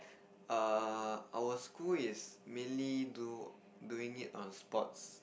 uh our school is mainly do doing it on sports